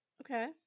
okay